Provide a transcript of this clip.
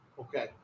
Okay